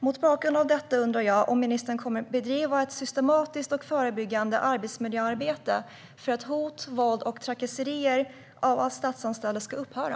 Mot bakgrund av detta undrar jag om ministern kommer att bedriva ett systematiskt och förebyggande arbetsmiljöarbete för att hot, våld och trakasserier av statsanställda ska upphöra.